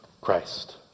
Christ